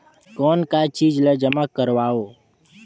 कौन का चीज ला जमा करवाओ?